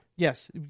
Yes